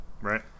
right